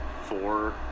four